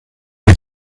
die